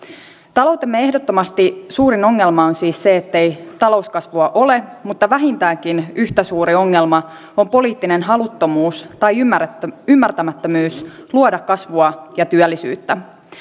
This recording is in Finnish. taloutemme ehdottomasti suurin ongelma on siis se ettei talouskasvua ole mutta vähintäänkin yhtä suuri ongelma on poliittinen haluttomuus tai ymmärtämättömyys luoda kasvua ja työllisyyttä